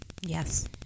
Yes